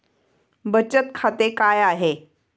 बचत खाते काय आहे?